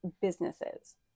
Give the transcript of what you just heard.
businesses